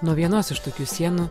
nuo vienos iš tokių sienų